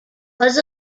was